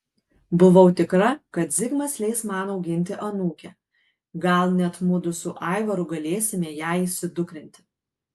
buvau tikra kad zigmas leis man auginti anūkę gal net mudu su aivaru galėsime ją įsidukrinti